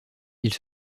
ils